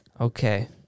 Okay